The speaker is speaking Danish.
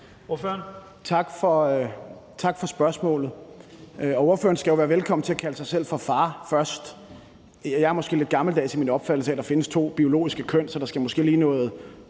Tak for spørgsmålet. Spørgeren skal jo være velkommen til at kalde sig selv for far først. Jeg er måske lidt gammeldags i min opfattelse af, at der findes to biologiske køn, så der skal måske lige være